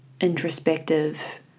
introspective